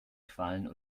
quallen